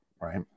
right